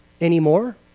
anymore